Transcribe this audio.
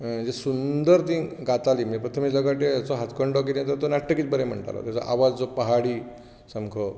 सुंदर तीं गातालीं म्हणजे प्रथमेश लगाटे हाचो हातखंडो कितें तर तो नाट्यगीत बरें म्हणटालो ताचो आवाज जो पहाडी सामको